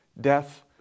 death